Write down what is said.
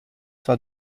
zwar